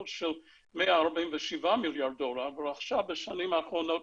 הכול של 147 מיליארד דולר ורכשה בשנים האחרונות